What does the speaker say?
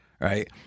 right